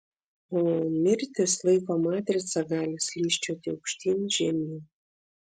o mirtys laiko matrica gali slysčioti aukštyn žemyn